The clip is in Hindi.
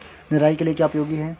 निराई के लिए क्या उपयोगी है?